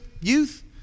youth